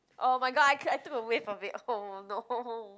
oh-my-god I I took a whiff of it oh no